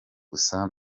gusa